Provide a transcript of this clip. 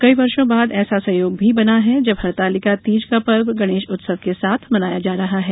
कई वर्षों बाद ऐसा संयोग भी बना है जब हरितालिका तीज का पर्व गणेश उत्सव के साथ मनाया जा रहा है